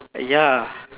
ya